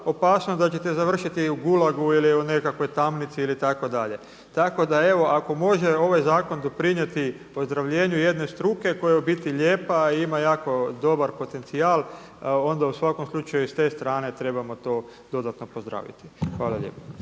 opasnost da ćete završiti u gulagu ili u nekakvoj tamnici ili tako dalje. Tako da evo ako može ovaj zakon doprinijeti ozdravljenju jedne struke koja je u biti lijepa i ima jako dobar potencijal, onda u svakom slučaju i s te strane trebamo to dodatno pozdraviti. **Reiner,